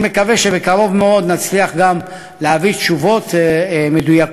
ואני מקווה שבקרוב מאוד נצליח גם להביא תשובות מדויקות.